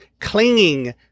clinging